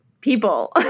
people